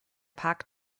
park